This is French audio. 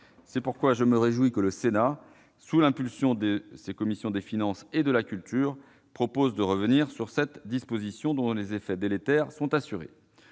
C'est pourquoi je me réjouis que le Sénat, sur l'initiative de sa commission des finances et de sa commission de la culture, propose de revenir sur cette disposition, dont les effets délétères sont assurés.